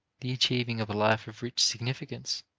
the achieving of a life of rich significance,